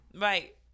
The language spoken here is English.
right